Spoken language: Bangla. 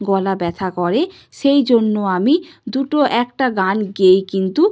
গলা ব্যথা করে সেই জন্য আমি দুটো একটা গান গেয়েই কিন্তু